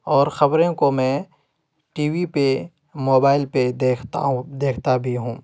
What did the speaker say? اور خبریں کو میں ٹی وی پہ موبائل پہ دیکھتا دیکھتا بھی ہوں